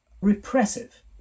repressive